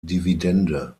dividende